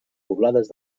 poblades